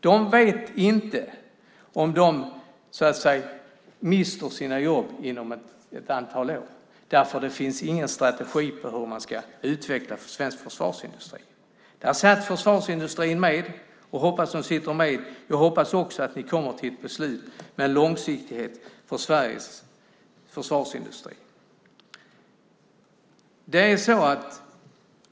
De anställda där vet inte om de mister sina jobb inom ett antal år eftersom det inte finns någon strategi för hur man ska utveckla svensk försvarsindustri. Försvarsindustrin satt med, och jag hoppas att den sitter med. Jag hoppas också att ni kommer till ett beslut med en långsiktighet för svensk försvarsindustri.